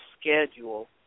schedule